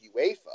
UEFA